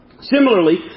Similarly